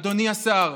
אדוני השר,